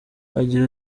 agira